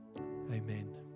amen